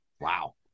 Wow